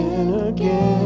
again